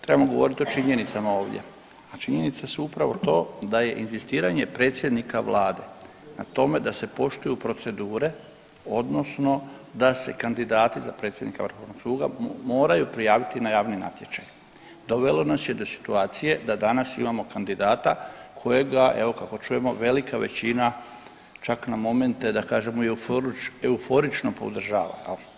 Trebamo govoriti o činjenicama ovdje, a činjenice su upravo to da je inzistiranje predsjednika Vlade na tome da se poštuju procedure odnosno da se kandidati za predsjednika Vrhovnog suda moraju prijaviti na javni natječaj, dovelo nas je do situacije da danas imamo kandidata kojega evo kako čujemo velika većina čak na momente da kažemo euforično podržava.